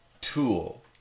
tool